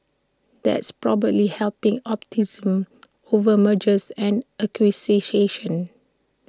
that's probably helping over mergers and